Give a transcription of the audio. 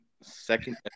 second